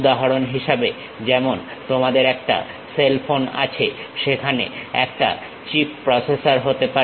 উদাহরণ হিসেবে যেমন তোমাদের একটা সেল ফোন আছে সেখানে একটা চিপ প্রসেসর হতে পারে